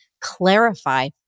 clarify